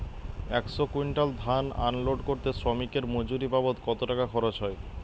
একশো কুইন্টাল ধান আনলোড করতে শ্রমিকের মজুরি বাবদ কত টাকা খরচ হয়?